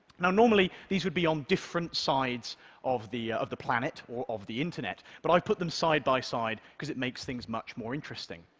now normally, these would be on different sides of the of the planet or of the internet, but i've put them side by side because it makes things much more interesting.